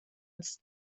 its